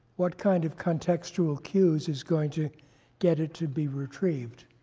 what kind of contextual cues is going to get it to be retrieved?